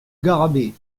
garrabet